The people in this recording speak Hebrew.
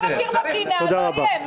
לא מכיר במדינה לא יהיה.